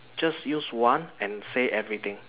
just use one and say everything